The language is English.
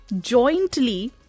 jointly